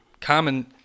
common